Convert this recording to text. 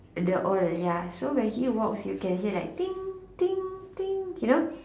the old ya so when he walks you can hear like Ding Ding Ding you know